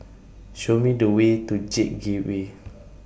Show Me The Way to J Gateway